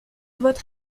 votre